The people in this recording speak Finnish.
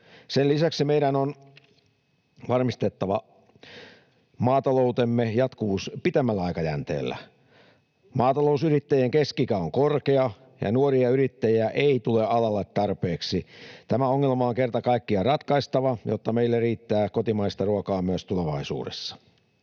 Sen lisäksi meidän on varmistettava maataloutemme jatkuvuus pitemmällä aikajänteellä. Maatalousyrittäjien keski-ikä on korkea, ja nuoria yrittäjiä ei tule alalle tarpeeksi. Tämä ongelma on kerta kaikkiaan ratkaistava, jotta meillä riittää kotimaista ruokaa myös tulevaisuudessa.